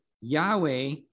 Yahweh